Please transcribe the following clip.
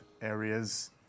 areas